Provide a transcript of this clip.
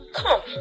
come